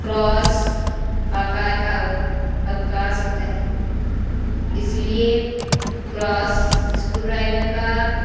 cross आकार का अउकास होता है इसलिए क्रॉस स्क्रू ड्राइवर का